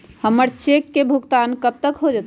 हमर चेक के भुगतान कब तक हो जतई